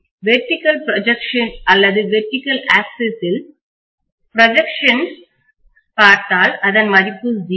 vertical projection அல்லது vertical axis இல்செங்குத்து அச்சில் ப்ராஜெக்சனை செங்குத்து திட்டம் பார்த்தால் அதன் மதிப்பு 0